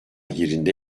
yerinde